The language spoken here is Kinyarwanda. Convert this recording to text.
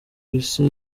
isi